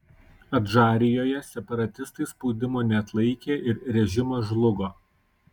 adžarijoje separatistai spaudimo neatlaikė ir režimas žlugo